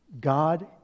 God